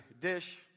Dish